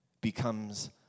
becomes